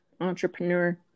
entrepreneur